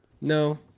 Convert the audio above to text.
No